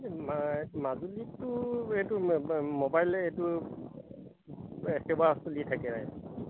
মাজুলীটো এইটো মোবাইলে এইটো একেবাৰে